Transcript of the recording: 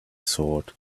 thought